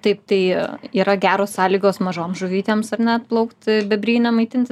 taip tai yra geros sąlygos mažom žuvytėms ar ne atplaukt bebryne maitinti